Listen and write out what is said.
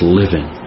living